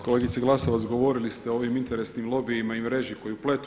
Kolegice Glasovac govorili ste o onim interesnim lobijima i mreži koju pletu.